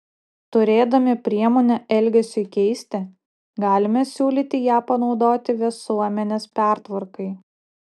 turėdami priemonę elgesiui keisti galime siūlyti ją panaudoti visuomenės pertvarkai